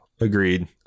agreed